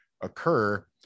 occur